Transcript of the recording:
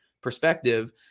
perspective